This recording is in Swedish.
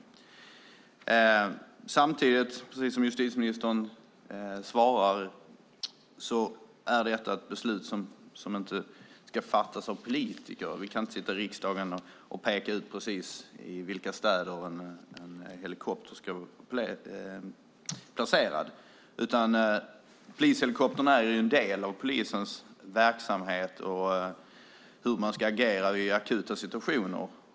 Men samtidigt ska ett sådant beslut, precis som justitieministern här svarat, inte fattas av politiker. Vi kan inte här i riksdagen peka ut precis i vilka städer en helikopter ska vara placerad. Polishelikoptrarna är en del av polisens verksamhet. Dessutom gäller det hur man ska agera i akuta situationer.